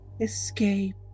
escape